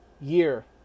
year